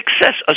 success